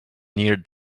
near